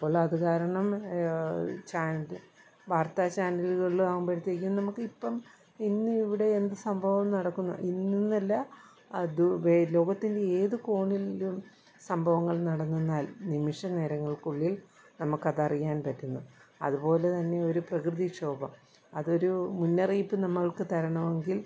അപ്പോൾ അതുകാരണം ചാനൽ വാർത്ത ചാനലുകളാവുമ്പോഴത്തേക്കും നമുക്കിപ്പം ഇന്നിവിടെ എന്ത് സംഭവം നടക്കുന്നു ഇന്ന് എന്നല്ല അതു ലോകത്തിൻ്റെ ഏത് കോണിലും സംഭവങ്ങൾ നടന്നെന്നാൽ നിമിഷനേരങ്ങൾക്കുള്ളിൽ നമുക്കതറിയാൻ പറ്റുന്നു അതുപോലെ തന്നെ ഒരു പ്രകൃതിക്ഷോഭം അതൊരു മുന്നറിയിപ്പ് നമ്മൾക്ക് തരണമെങ്കിൽ